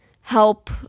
help